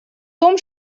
том